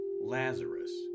Lazarus